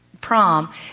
prom